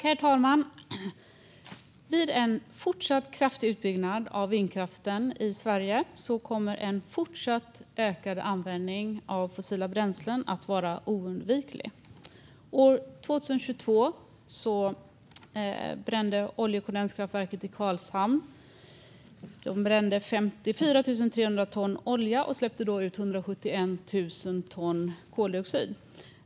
Herr talman! Vid en fortsatt kraftig utbyggnad av vindkraften i Sverige kommer en fortsatt ökad användning av fossila bränslen att vara oundviklig. År 2022 brände oljekondenskraftverket i Karlshamn 54 300 ton olja och släppte då ut 171 000 ton koldioxid.